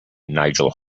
nigel